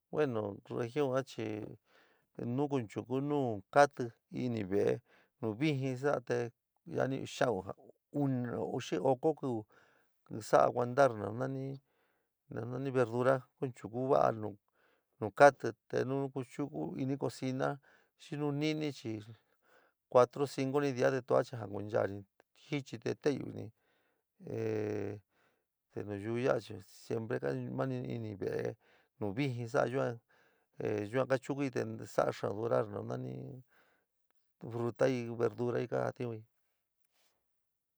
Bueno, ugion a chii, nu kuncho nu katí, inii ve´e, nu vijii sa´a te yani xiau, oko kuu saio ogontar nuu nani verdura konchuku vao nuu, katí te, te kuchuku ini, cocina xii no ntini chii, cuatoni, cinconi aia te tua jakunchaa schnir te tele- yuni, te nayuu yoba chii siempre mani tinive, no vijin yua, yua kachukui tee sa´a xaa durar no nani frutal verdura kajatiuii.